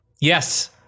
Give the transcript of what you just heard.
Yes